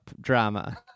drama